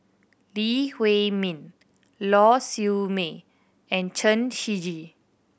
Lee Huei Min Lau Siew Mei and Chen Shiji